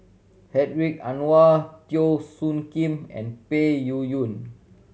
Hedwig Anuar Teo Soon Kim and Peng Yuyun